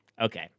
okay